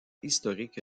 historique